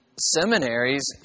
seminaries